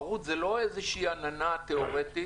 תחרות זה לא איזושהי עננה תאורטית.